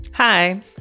Hi